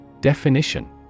Definition